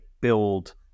build